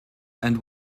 and